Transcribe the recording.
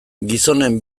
gizonen